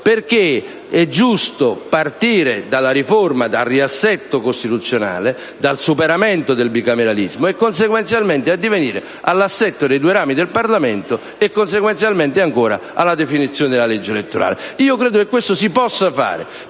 perché è giusto partire dalla riforma e dal riassetto costituzionale, dal superamento del bicameralismo e, consequenzialmente, addivenire all'assetto dei due rami del Parlamento e alla definizione della legge elettorale. Credo che questo si possa fare,